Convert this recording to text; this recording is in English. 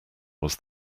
was